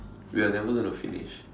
we are never gonna finish